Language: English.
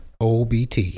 OBT